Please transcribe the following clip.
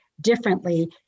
differently